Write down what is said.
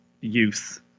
youth